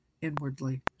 inwardly